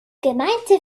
gemeinte